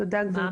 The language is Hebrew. תודה גברתי,